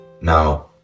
Now